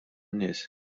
nies